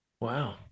Wow